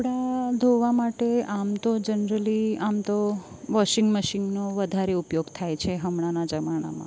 કપડાં ધોવા માટે આમ તો જનરલી આમ તો વોશિંગ મશીનનો વધારે ઉપયોગ થાય છે હમણાંના જમાનામાં